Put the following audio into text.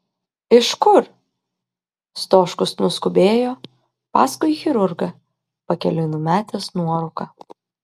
iš kur stoškus nuskubėjo paskui chirurgą pakeliui numetęs nuorūką